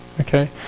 okay